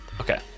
Okay